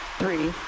three